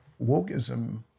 wokeism